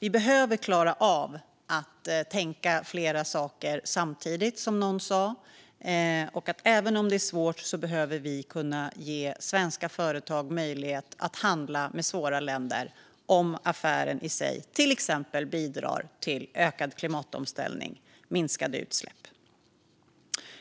Vi behöver klara av att tänka flera saker samtidigt, som någon sa. Även om det är svårt behöver vi kunna ge svenska företag möjlighet att handla med svåra länder om affären i sig bidrar exempelvis till ökad klimatomställning och minskade utsläpp.